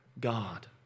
God